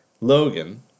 Logan